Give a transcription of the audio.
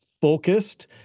focused